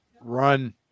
Run